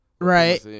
Right